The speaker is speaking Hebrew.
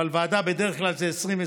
אבל בדרך כלל יש בוועדה 20,